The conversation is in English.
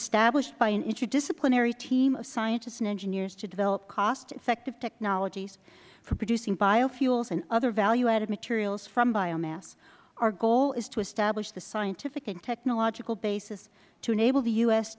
established by an interdisciplinary team of scientists and engineers to develop cost effective technologies for producing biofuels and other value added materials from biomass our goal is to establish the scientific and technological basis to enable the u